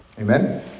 Amen